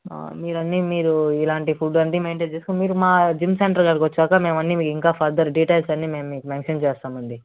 మీరన్నీ మీరు ఇలాంటి ఫుడ్ మీరు మా జిమ్ సెంటర్ కాడికి వచ్చాక మేమన్నీ ఇంకా ఫర్దర్ డీటెయిల్స్ అన్ని మేం మీకు మెన్షన్ చేస్తామండి